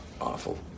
awful